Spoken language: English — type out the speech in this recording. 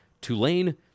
Tulane